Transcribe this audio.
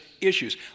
issues